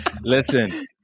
Listen